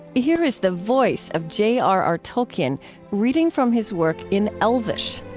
here is the voice of j r r. tolkien reading from his work in elvish